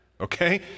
Okay